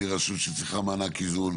מי רשות שצריכה מענק איזון,